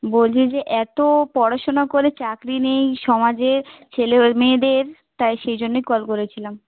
বলছি যে এতো পড়াশুনা করে চাকরি নেই সমাজে ছেলে ওই মেয়েদের তাই সেই জন্যই কল করেছিলাম